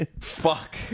Fuck